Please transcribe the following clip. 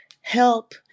help